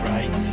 Right